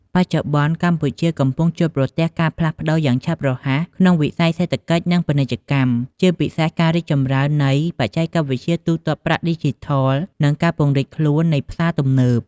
បច្ចុប្បន្ន កម្ពុជាកំពុងជួបប្រទះការផ្លាស់ប្តូរយ៉ាងឆាប់រហ័សក្នុងវិស័យសេដ្ឋកិច្ច និងពាណិជ្ជកម្ម ជាពិសេសការរីកចម្រើននៃ បច្ចេកវិទ្យាទូទាត់ប្រាក់ឌីជីថល និង ការពង្រីកខ្លួននៃផ្សារទំនើប។